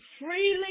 freely